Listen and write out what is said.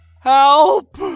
Help